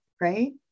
right